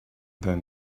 then